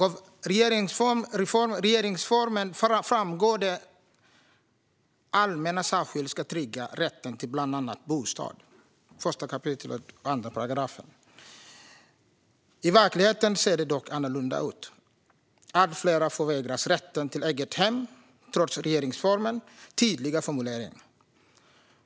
Av regeringsformen, 1 kap. 2 §, framgår att det allmänna särskilt ska trygga rätten till bland annat bostad. I verkligheten ser det dock annorlunda ut. Allt fler förvägras rätten till ett eget hem, trots regeringsformens tydliga formulering.